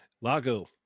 Lago